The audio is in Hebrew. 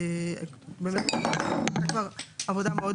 זאת עבודה מאוד